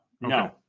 no